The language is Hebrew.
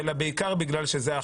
לא רק בגלל שזו המלצת הייעוץ המשפטי,